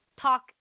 talk